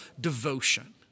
devotion